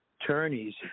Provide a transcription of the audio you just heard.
attorneys